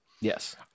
Yes